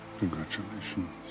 Congratulations